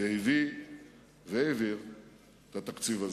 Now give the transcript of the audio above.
שהביא והעביר את התקציב הזה,